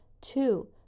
Two